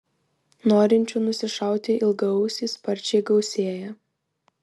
norinčių nusišauti ilgaausį sparčiai gausėja